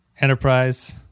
Enterprise